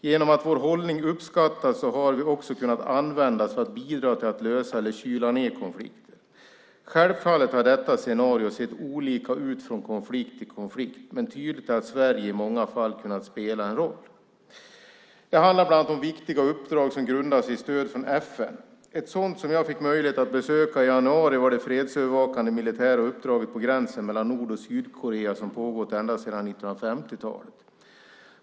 Genom att vår hållning uppskattas har vi också kunnat användas för att bidra till att lösa eller kyla ned konflikter. Självfallet har detta scenario sett olika ut från konflikt till konflikt, men tydligt är att Sverige i många fall kunnat spela en roll. Det handlar bland annat om viktiga uppdrag som grundas i stöd från FN. Ett sådant som jag fick möjlighet att besöka i januari var det fredsövervakande militära uppdraget på gränsen mellan Nord och Sydkorea som har pågått ända sedan 1950-talet.